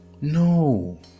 No